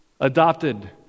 adopted